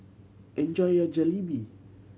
enjoy your Jalebi